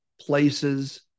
places